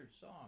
song